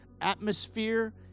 atmosphere